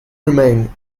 remain